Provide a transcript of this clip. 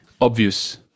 obvious